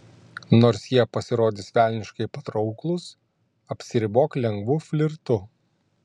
nors jie pasirodys velniškai patrauklūs apsiribok lengvu flirtu